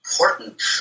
important